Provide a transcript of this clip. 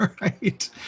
Right